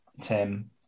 Tim